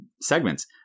segments